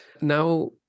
now